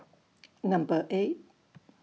Number eight